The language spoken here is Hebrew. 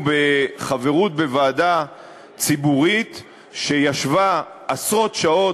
בחברות בוועדה ציבורית שישבה עשרות שעות,